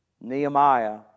Nehemiah